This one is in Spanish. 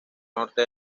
norte